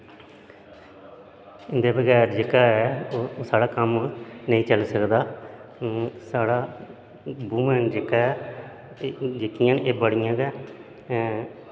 इ'न्दे बगैर जेहका ऐ ओह् साढ़ा कम्म नेईं चली सकदा साढ़ा वुमेन जेहकी ऐ जेह्कियां न एह् बड़ियां गै